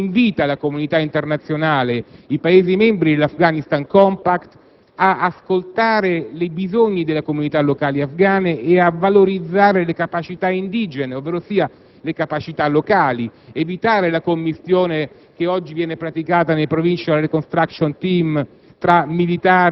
Ciò significa che la cooperazione internazionale oggi viene vista soltanto come parte di un'operazione militare che non si interroga rispetto ai bisogni effettivi delle comunità locali afgane. Lo dice in un rapporto recente un'organizzazione internazionale rinomata, Oxfam,